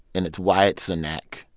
and it's wyatt cenac.